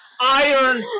iron